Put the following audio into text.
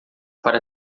para